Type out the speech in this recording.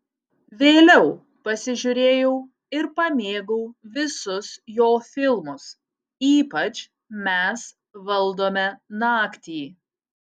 vėliau pasižiūrėjau ir pamėgau visus jo filmus ypač mes valdome naktį